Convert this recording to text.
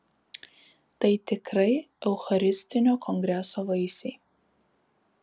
tai tikrai eucharistinio kongreso vaisiai